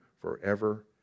forever